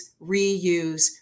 reuse